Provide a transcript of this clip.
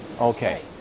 Okay